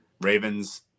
Ravens